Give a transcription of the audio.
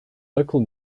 local